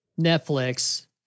Netflix